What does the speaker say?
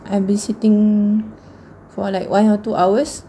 I'll be sitting for like one or two hours